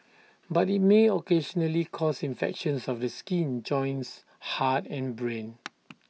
but IT may occasionally cause infections of the skin joints heart and brain